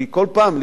כי כל פעם,